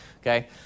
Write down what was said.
okay